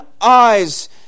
eyes